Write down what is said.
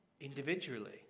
individually